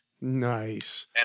Nice